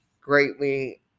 greatly